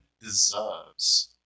deserves